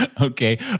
Okay